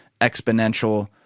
exponential